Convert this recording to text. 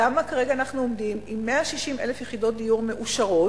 למה כרגע אנחנו עומדים עם 160,000 יחידות דיור מאושרות